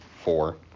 four